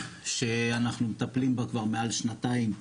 שאנחנו מטפלים בה כבר מעל לשנתיים,